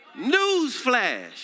Newsflash